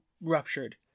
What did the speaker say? ruptured